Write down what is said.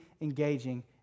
engaging